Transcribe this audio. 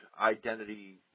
identity